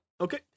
okay